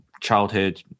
childhood